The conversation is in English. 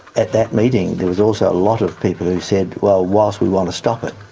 at that meeting there was also a lot of people who said well, whilst we want to stop it,